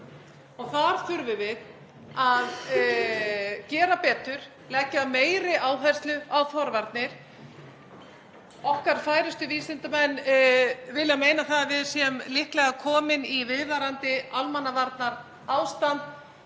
og þar þurfum við að gera betur, leggja meiri áherslu á forvarnir. Okkar færustu vísindamenn vilja meina að við séum líklega komin í viðvarandi almannavarnaástand